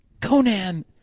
Conan